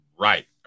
Right